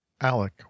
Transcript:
Alec